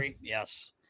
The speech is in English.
Yes